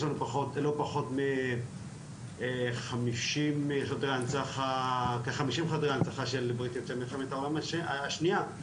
לנו לא פחות מ-50 חדרי הנצחה של מלחמת העולם השנייה,